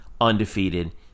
undefeated